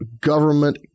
government